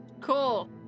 cool